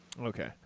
Okay